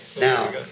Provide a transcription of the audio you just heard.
Now